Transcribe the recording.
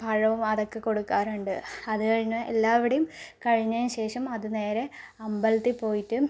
പഴവും അതൊക്കെ കൊടുക്കാറുണ്ട് അത് കഴിഞ്ഞ് എല്ലാവടെയും കഴിഞ്ഞതിന് ശേഷം അത് നേരെ അമ്പലത്തിൽ പോയിട്ട്